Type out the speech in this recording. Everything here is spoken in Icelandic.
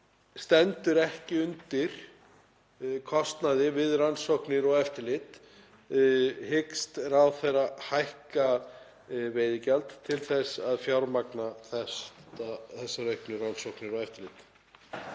stendur ekki undir kostnaði við rannsóknir og eftirlit. Hyggst ráðherra hækka veiðigjald til þess að fjármagna þessar auknu rannsóknir og eftirlit?